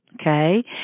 okay